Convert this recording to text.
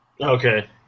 Okay